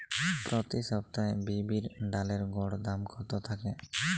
প্রতি সপ্তাহে বিরির ডালের গড় দাম কত থাকে?